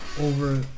over